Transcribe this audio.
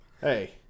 hey